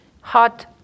hot